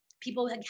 people